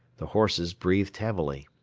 the horses breathed heavily.